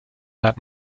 that